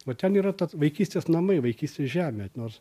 va ten yra ta vaikystės namai vaikystės žemė nors